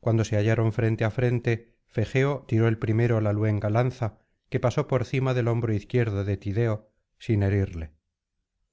cuando se hallaron frente á frente fegeo tiró el primero la luenga lanza que pasó por cima del hombro izquierdo de tideo sin herirle